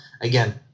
Again